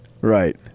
Right